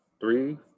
three